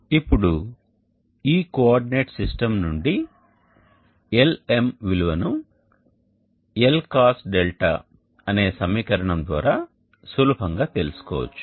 ఇప్పుడు ఈ coordinate system నుండి Lm విలువను L cosδ అనే సమీకరణం ద్వారా సులభంగా తెలుసుకోవచ్చు